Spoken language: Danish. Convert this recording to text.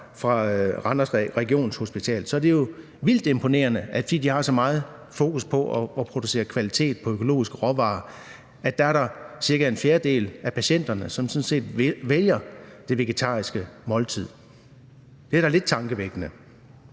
i Randers, så er det jo vildt imponerende, at fordi de har så meget fokus på at producere kvalitetsmad på økologiske råvarer, er der cirka en fjerdedel af patienterne, som vælger det vegetariske måltid. Det er da lidt tankevækkende.